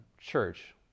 church